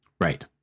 Right